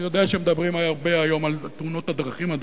אני יודע שמדברים היום הרבה על תאונות הדרכים,